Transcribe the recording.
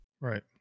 Right